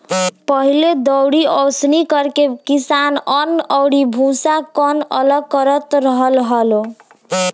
पहिले दउरी ओसौनि करके किसान अन्न अउरी भूसा, कन्न अलग करत रहल हालो